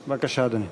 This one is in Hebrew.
בבקשה, אדוני.